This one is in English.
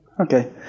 Okay